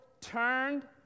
turned